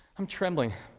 i'm trembling,